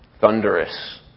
thunderous